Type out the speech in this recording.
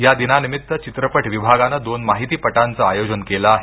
या दिनानिमित्त चित्रपट विभागानं दोन माहितीपटांचं आयोजन केलं आहे